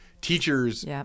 Teachers